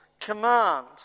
command